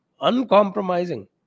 Uncompromising